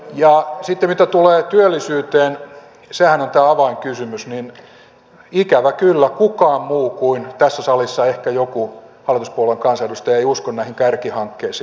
ja sitten mitä tulee työllisyyteen sehän on tämä avainkysymys niin ikävä kyllä kukaan muu tässä salissa kuin ehkä joku hallituspuolueen kansanedustaja ei usko näihin kärkihankkeisiin